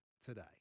today